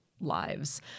Lives